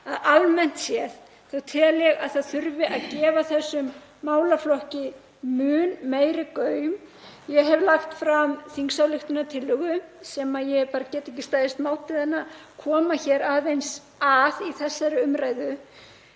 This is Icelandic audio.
almennt séð tel ég að það þurfi að gefa þessum málaflokki mun meiri gaum. Ég hef lagt fram þingsályktunartillögu sem ég get ekki staðist mátið að koma aðeins að í þessari umræðu,